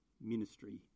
ministry